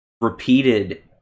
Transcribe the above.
repeated